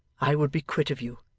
i would be quit of you,